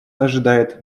ожидает